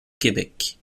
québec